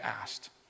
asked